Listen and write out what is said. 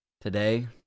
Today